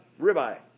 ribeye